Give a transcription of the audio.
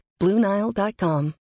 BlueNile.com